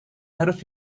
harus